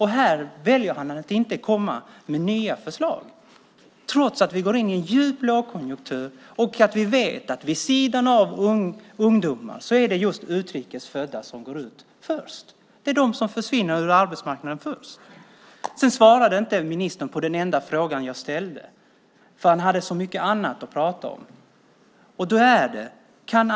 Här väljer han att inte komma med nya förslag trots att vi går in i en djup lågkonjunktur och vet att vid sidan av ungdomar är det just utrikes födda som går ut först. Det är de som försvinner från arbetsmarknaden först. Ministern svarade inte på den enda fråga jag ställde, för han hade så mycket annat att prata om.